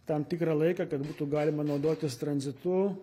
tam tikrą laiką kad būtų galima naudotis tranzitu